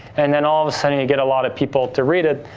and then, all of a sudden, you get a lot of people to read it.